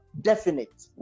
definite